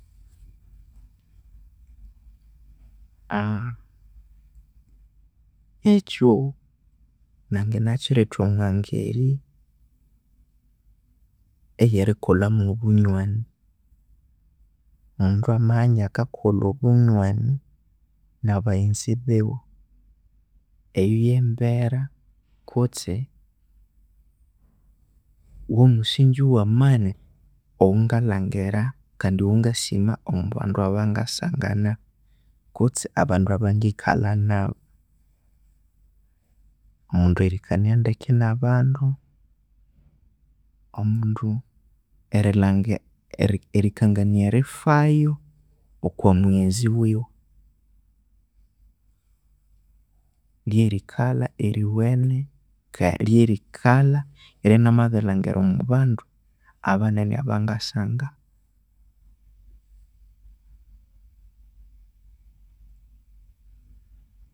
ekyo nanganakiretha omwa ngeri eyerikolhamu obunywani, omundu magha iniakakolha obunywani na baghenzi biwe eyo ye mbera kutse womusingi owa mani owungalhangira kandi owa ngasima omwa bandu abangasangana kutse abandu abangikalha nabu, omundu erilhan erikangania erifayo okwa mughenzi wiwe lhyerikalha eriwine kegeh ryerikalha eryanamabirilhangira omubandu abanene abangasanga.